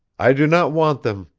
i do not want them,